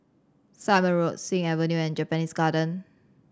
Simon Road Sing Avenue and Japanese Garden